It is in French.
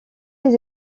les